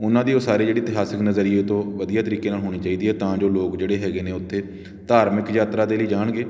ਉਨ੍ਹਾਂ ਦੀ ਉਸਾਰੀ ਜਿਹੜੀ ਇਤਿਹਾਸਿਕ ਨਜ਼ਰੀਆ ਤੋਂ ਵਧੀਆ ਤਰੀਕੇ ਨਾਲ ਹੋਣੀ ਚਾਹੀਦੀ ਹੈ ਤਾਂ ਜੋ ਲੋਕ ਜਿਹੜੇ ਹੈਗੇ ਨੇ ਉੱਥੇ ਧਾਰਮਿਕ ਯਾਤਰਾ ਦੇ ਲਈ ਜਾਣਗੇ